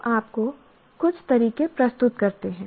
हम आपको कुछ तरीके प्रस्तुत करते हैं